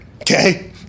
Okay